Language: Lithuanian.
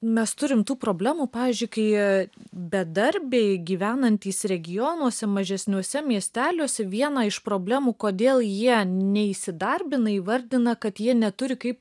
mes turim tų problemų pavyzdžiui kai bedarbiai gyvenantys regionuose mažesniuose miesteliuose vieną iš problemų kodėl jie neįsidarbina įvardina kad jie neturi kaip